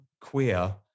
queer